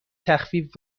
تخفیف